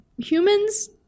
humans